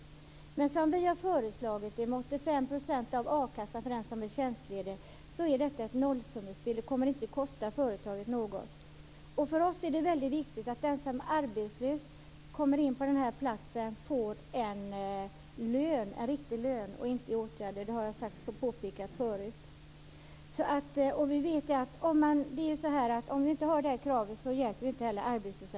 Men som vi har föreslagit det, med 85-procentig a-kassa för den som är tjänstledig, blir detta ett nollsummespel och kommer inte att kosta företaget något. För oss är det väldigt viktigt att den som är arbetslös och kommer in på den här platsen får en riktig lön och inte ersättning för att befinna sig i åtgärd. Det har jag påpekat förut. Om vi inte har detta krav så hjälper vi inte heller arbetslösa.